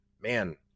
man